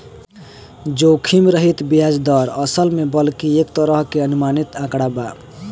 जोखिम रहित ब्याज दर, असल में बल्कि एक तरह के अनुमानित आंकड़ा बा